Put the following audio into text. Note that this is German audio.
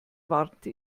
warnte